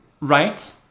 Right